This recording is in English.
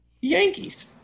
Yankees